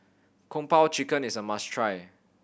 Kung Po Chicken is a must try